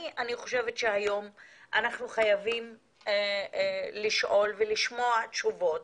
אני חושבת שהיום אנחנו חייבים לשאול ולשמוע תשובות